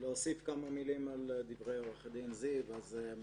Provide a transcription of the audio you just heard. אוסיף כמה מילים על דברי עו"ד זיו דניאלי.